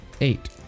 Eight